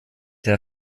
der